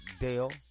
Dale